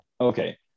okay